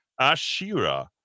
Ashira